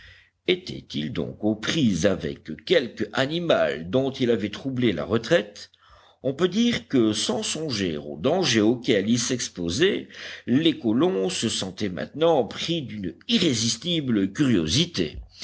était-il donc aux prises avec quelque animal dont il avait troublé la retraite on peut dire que sans songer au danger auquel ils s'exposaient les colons se sentaient maintenant pris d'une irrésistible curiosité